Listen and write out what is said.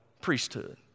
priesthood